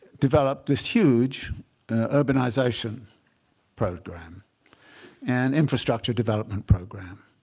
developed this huge urbanization program and infrastructure development program,